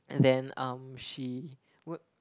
and then um she w~